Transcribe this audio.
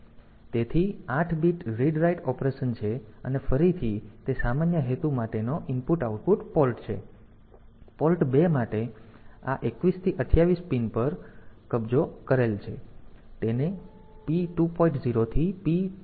તેથી 8 bit read write operation છે અને ફરીથી તે સામાન્ય હેતુ માટેનો I O છે પોર્ટ 2 માટે આ 21 થી 28 પિન પર કબજો કરશે અને તેને P2